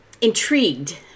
intrigued